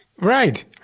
Right